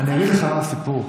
אני אגיד לך מה הסיפור,